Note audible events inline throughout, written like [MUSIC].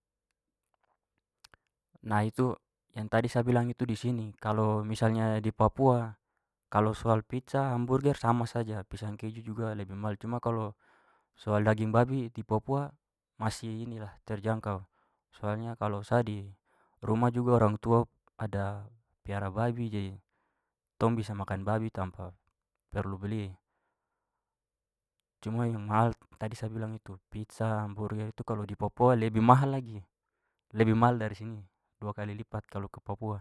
[NOISE] nah, itu yang tadi sa bilang itu di sini, kalau misalnya di papua, kalau soal pizza, hamburger sama saja, pisang keju juga lebih mahal, cuma kalau soal daging babi di papua masih [HESITATION] terjangkau. Soalnya kalau sa di rumah juga orang tua ada piara babi jadi tong bisa makan babi tanpa perlu beli. Cuma yang mahal tadi sa bilang itu pizza, hamburger, itu kalau di papua lebih mahal lagi, lebih mahal dari sini, dua kali lipat kalau ke papua.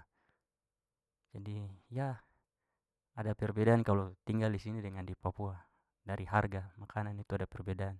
Jadi [HESITATION] ada perbedaan kalau tinggal di sini dengan di papua. Dari harga makanan itu ada perbedaan.